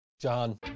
John